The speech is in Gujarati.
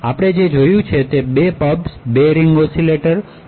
આપણે 2 પબ્સ રીંગ ઓસિલેટર PUF અને આર્બિટર PUF જોયા